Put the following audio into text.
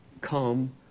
come